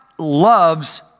loves